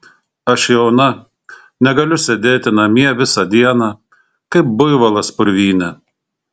aš jauna negaliu sėdėti namie visą dieną kaip buivolas purvyne